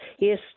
Yes